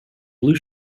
blue